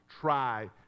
try